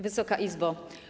Wysoka Izbo!